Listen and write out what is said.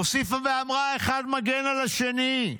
הוסיפה ואמרה: אחד מגן על השני.